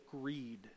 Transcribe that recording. greed